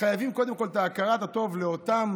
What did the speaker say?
חייבים קודם כול בהכרת הטוב לאותם